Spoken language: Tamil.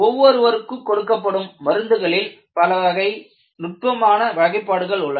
ஒவ்வொருவருக்கு கொடுக்கப்படும் மருந்துகளில் பல நுட்பமான வகைப்பாடுகள் உள்ளன